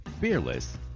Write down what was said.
fearless